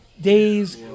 days